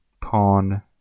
Pawn